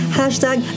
hashtag